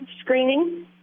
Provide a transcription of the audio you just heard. screening